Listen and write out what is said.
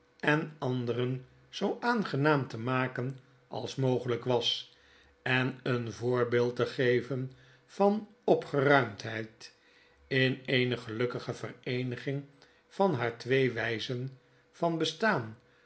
en anderen zoo aangenaam te maken als mogelyk was en een voorbeeld te geven van opgeruimdheid in eene gelukkige vereeniging van hare twee wyzen van bestaan